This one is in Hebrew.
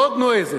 מאוד נועזת.